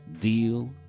deal